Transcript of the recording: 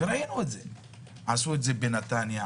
בנתניה,